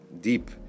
deep